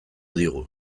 digu